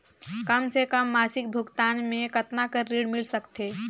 कम से कम मासिक भुगतान मे कतना कर ऋण मिल सकथे?